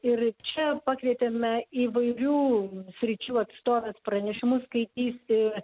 ir čia pakvietėme įvairių sričių atstovės pranešimus skaitys ir